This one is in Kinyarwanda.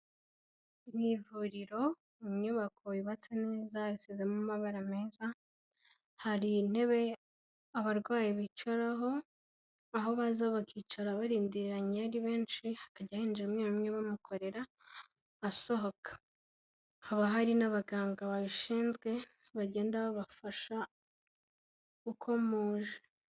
Mu ivuriro inyubako yubatse neza isize n'amabara meza, hari intebe abarwayi bicaraho, aho baza bakicara barindiranye ari benshi hakajya hinjira umwe umwe bamukorera asohoka. Haba hari n'abaganga babishinzwe bagenda babafasha uko muje.